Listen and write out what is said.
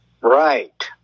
Right